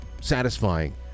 satisfying